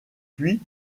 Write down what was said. puis